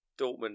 Dortmund